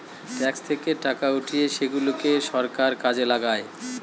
tax থেকে টাকা উঠিয়ে সেগুলাকে সরকার কাজে লাগায়